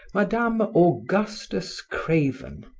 madame augustus craven,